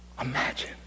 Imagine